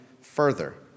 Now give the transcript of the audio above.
further